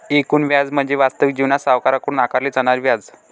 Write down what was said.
एकूण व्याज म्हणजे वास्तविक जीवनात सावकाराकडून आकारले जाणारे व्याज